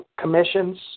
commissions